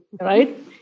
right